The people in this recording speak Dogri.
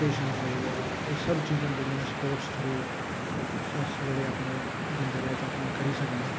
पेशंस होई गेआ एह् सब चीज़ां जेह्ड़ियां स्पोर्टस थ्रू अस जेह्ड़े अपने दिनचर्या च अपने करी सकने